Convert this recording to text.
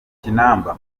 kinamba